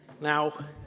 Now